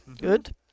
Good